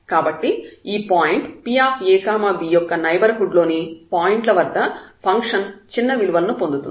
కాబట్టి ఈ point Pab యొక్క నైబర్హుడ్ లోని పాయింట్ల వద్ద ఫంక్షన్ చిన్న విలువలను పొందుతుంది